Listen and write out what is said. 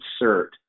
insert